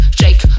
shake